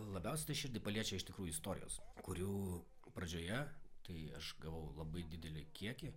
labiausiai tai širdį paliečia iš tikrųjų istorijos kurių pradžioje tai aš gavau labai didelį kiekį